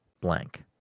blank